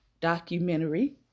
documentary